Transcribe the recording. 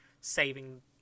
saving